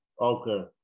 Okay